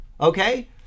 Okay